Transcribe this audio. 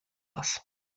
das